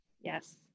Yes